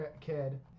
kid